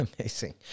Amazing